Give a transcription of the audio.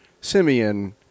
Simeon